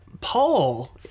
Paul